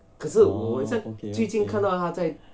orh okay okay